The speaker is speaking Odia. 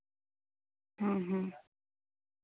ହଁ ହଁ